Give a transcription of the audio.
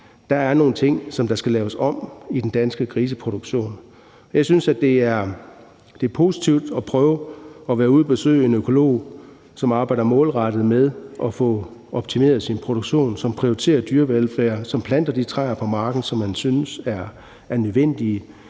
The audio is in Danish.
Der er nogle ting, der skal laves om i den danske griseproduktion. Jeg synes, det er positivt at være ude at besøge en økolog, som arbejder målrettet med at få optimeret sin produktion, som prioriterer dyrevelfærd, som planter de træer på marken, som han synes er nødvendige,